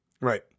right